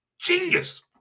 Genius